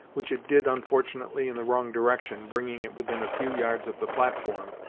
which it did unfortunately in the wrong direction, bringing it within a few yards of the platform,